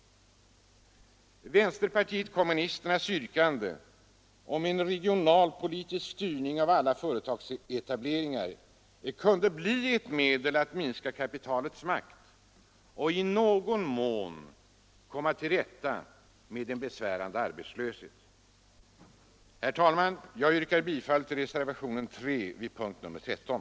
Vänsterpartiet kommunisternas yrkande om en regionalpolitisk styrning av alla företagsetableringar kunde bli ett medel att minska kapitalets makt och i någon mån komma till rätta med en besvärande arbetslöshet. Herr talman! Jag yrkar bifall till reservationen 3 vid punkten 13.